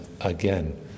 again